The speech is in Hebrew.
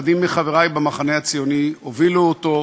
שאחדים מחברי במחנה הציוני הובילו אותו.